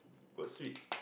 got sweet